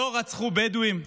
לא רצחו בדואים?